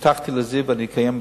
הבטחתי ל"זיו" ואני אקיים ב"זיו".